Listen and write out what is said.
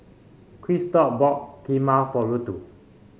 Christop bought Kheema for Ruthe